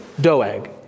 Doeg